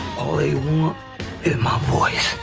all they want is my voice.